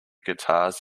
guitars